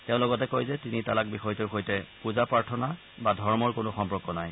তেওঁ লগতে কয় যে তিনি তালাক বিষয়টোৰ সৈতে পুজা প্ৰাৰ্থনা বা ধৰ্মৰ কোনো সম্পৰ্ক নাই